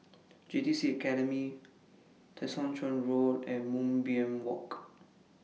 J T C Academy Tessensohn Road and Moonbeam Walk